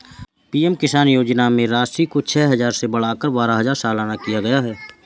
PM किसान योजना में राशि को छह हजार से बढ़ाकर बारह हजार सालाना किया गया है